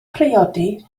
priodi